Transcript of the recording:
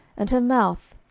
and her mouth,